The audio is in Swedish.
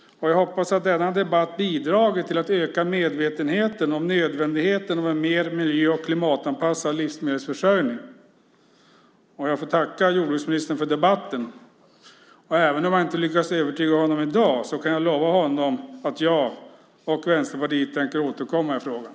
Jag hoppas att denna debatt har bidragit till att öka medvetenheten om nödvändigheten av en mer miljö och klimatanpassad livsmedelsförsörjning. Jag får tacka jordbruksministern för debatten. Det må vara att jag inte lyckats övertyga honom i dag, men jag kan lova honom att jag och Vänsterpartiet tänker återkomma i frågan.